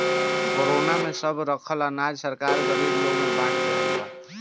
corona में सब रखल अनाज सरकार गरीब लोग के बाट देहले बा